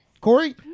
Corey